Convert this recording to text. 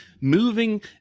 moving